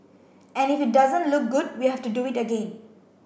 and if it doesn't look good we have to do it again